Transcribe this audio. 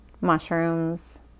mushrooms